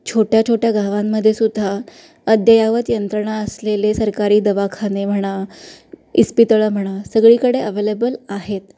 छोट्या छोट्या गावांमध्ये सुद्धा अद्ययावत यंत्रणा असलेले सरकारी दवाखाने म्हणा इस्पितळं म्हणा सगळीकडे अवेलेबल आहेत